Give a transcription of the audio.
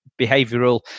behavioral